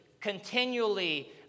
continually